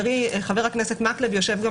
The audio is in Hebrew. חבר הכנסת מקלב יושב גם